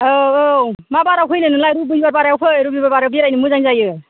औ औ मा बाराव फैनो नोंलाय रबिबार बारायाव फै रबिबार बारायाव बेरायनो मोजां जायो